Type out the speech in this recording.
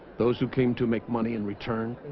those who came to make money in return